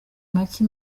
make